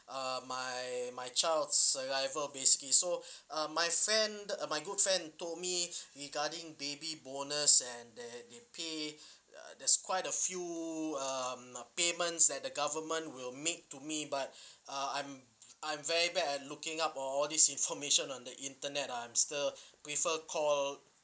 uh my my child's survivor basically so uh my friend my good friend told me regarding baby bonus and the the pay uh there's quite a few um payments that the government will make to me but uh I'm I'm very bad at looking up all all these information on the internet I'm still prefer call